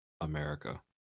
America